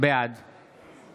בעד אלי דלל, בעד דני